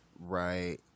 Right